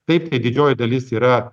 taip tai didžioji dalis yra